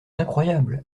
incroyable